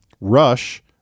Rush